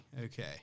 Okay